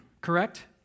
correct